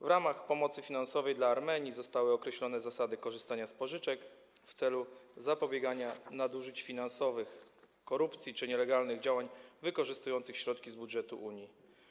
W ramach pomocy finansowej dla Armenii zostały określone zasady korzystania z pożyczek w celu zapobiegania nadużyciom finansowym, korupcji czy nielegalnym działaniom wykorzystującym środki z budżetu Unii.